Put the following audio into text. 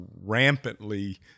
rampantly